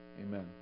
Amen